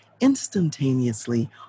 instantaneously